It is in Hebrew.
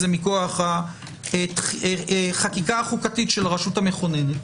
זה מכוח החקיקה החוקתית של הרשות המכוננת.